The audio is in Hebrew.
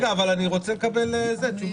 אני רוצה לקבל תשובה.